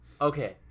Okay